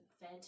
Fed